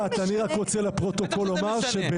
בטח שזה משנה,